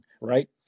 right